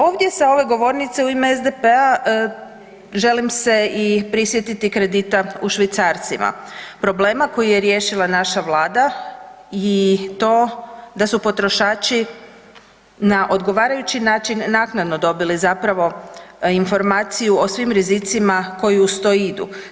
Ovdje sa ove govornice u ime SDP-a želim se prisjetiti i kredita u švicarcima, problema koji je riješila naša vlada i to da su potrošači na odgovarajući način naknadno dobili zapravo informaciju o svim rizicima koji uz to idu.